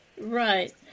Right